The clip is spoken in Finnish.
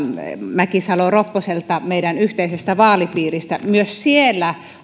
mäkisalo ropposelta meidän yhteisestä vaalipiiristä myös siellä